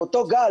זה אותו גל,